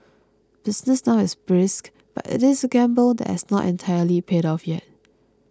business now is brisk but it is a gamble that has not entirely paid off yet